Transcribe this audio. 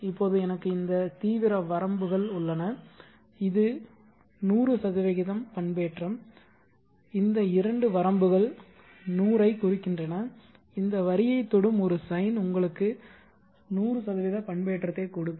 இப்போது எனக்கு இந்த தீவிர வரம்புகள் உள்ளன இது 100 பண்பேற்றம் இந்த இரண்டு வரம்புகள் 100 ஐக் குறிக்கின்றன இந்த வரியைத் தொடும் ஒரு சைன் உங்களுக்கு 100 பண்பேற்றத்தைக் கொடுக்கும்